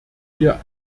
wir